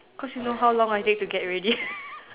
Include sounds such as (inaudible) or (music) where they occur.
cause you know how long I take to get ready (laughs)